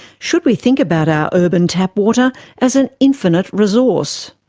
should we think about our urban tap water as an infinite resource?